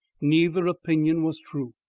neither opinion was true.